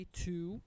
two